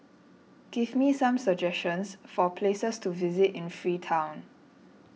give me some suggestions for places to visit in Freetown